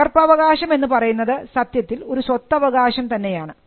പകർപ്പവകാശം എന്ന് പറയുന്നത് സത്യത്തിൽ ഒരു സ്വത്തവകാശം തന്നെയാണ്